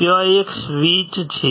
ત્યાં એક સ્વીચ છે